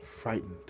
frightened